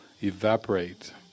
evaporate